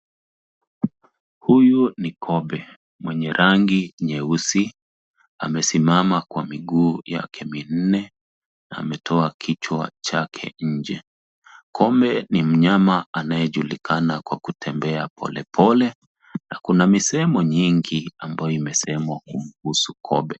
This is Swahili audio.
Huyu ni kobe mwenye rangi nyeusi amesimama kwa miguu yake minne na ametoa kichwa chake nje. Kobe ni mnyama anayejulikana kwa kutembea polepole na kuna misemo nyingi ambayo imesemwa kumhusu kobe.